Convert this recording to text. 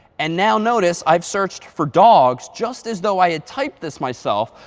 and now notice i've searched for dogs just as though i had typed this myself.